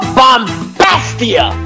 bombastia